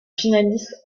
finaliste